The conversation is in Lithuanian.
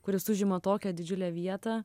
kuris užima tokią didžiulę vietą